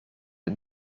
het